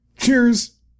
Cheers